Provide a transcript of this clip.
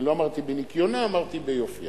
אני לא אמרתי בניקיונה, אמרתי ביופיה.